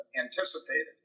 anticipated